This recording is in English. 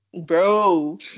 Bro